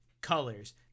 Colors